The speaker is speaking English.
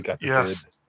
yes